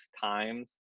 times